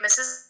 Mrs